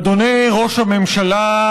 אדוני ראש הממשלה,